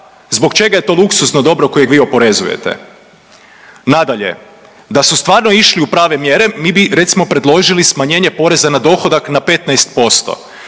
Zbog čega je to luksuzno dobro kojeg vi oporezujete? Nadalje, da su stvarno išli u prave mjere mi bi recimo predložili smanjenje poreza na dohodak na 15%